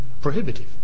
prohibitive